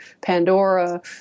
Pandora